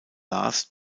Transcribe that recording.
lars